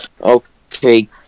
Okay